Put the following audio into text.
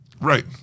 Right